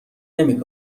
نمی